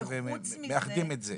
וחוץ מזה,